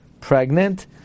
pregnant